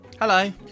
Hello